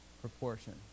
proportion